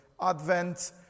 Advent